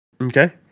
Okay